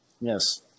Yes